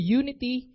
unity